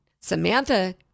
Samantha